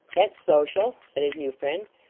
that's social said his new friend.